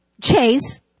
Chase